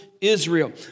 Israel